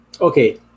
Okay